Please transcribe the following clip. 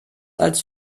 als